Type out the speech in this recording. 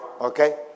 Okay